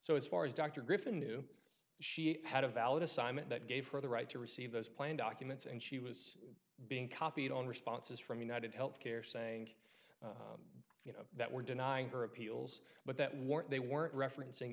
so as far as dr griffin knew she had a valid assignment that gave her the right to receive those plane documents and she was being copied on responses from united healthcare saying you know that we're denying her appeals but that warrant they weren't referencing